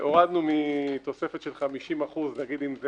הורדנו מתוספת של 50%, אם זה